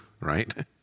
right